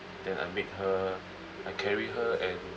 then I make her I carry her and